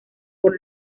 por